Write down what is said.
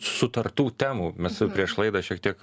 sutartų temų mes jau prieš laidą šiek tiek